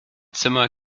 zimmer